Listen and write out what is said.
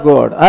God